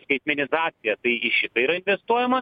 skaitmenizacija tai į šitą yra investuojama